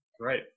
Right